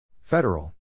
Federal